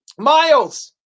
Miles